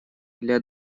для